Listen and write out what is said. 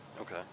okay